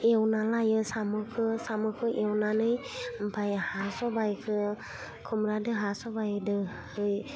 एवना लायो साम'खौ साम'खौ एवनानै ओमफाय हा सबाइखौ खुमब्रादो हा सबाइदोहै